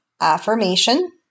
affirmation